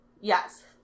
Yes